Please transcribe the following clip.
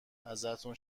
ازتون